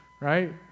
Right